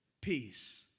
peace